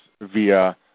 via